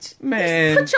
Man